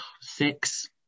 six